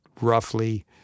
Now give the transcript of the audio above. roughly